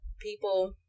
people